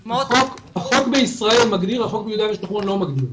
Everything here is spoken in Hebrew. החוק בישראל מגדיר, החוק ביהודה ושומרון לא מגדיר.